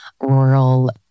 rural